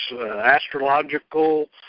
astrological